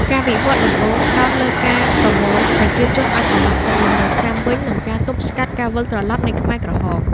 ការវិវត្តដំបូងផ្តោតលើការប្រមូលប្រជាជនឱ្យត្រឡប់ទៅលំនៅឋានវិញ និងការទប់ស្កាត់ការវិលត្រឡប់នៃខ្មែរក្រហម។